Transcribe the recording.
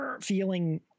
feeling